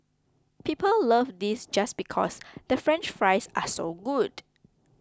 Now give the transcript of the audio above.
people love this just because the French Fries are so good